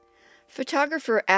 Photographer